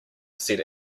said